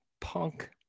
punk